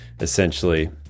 essentially